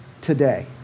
today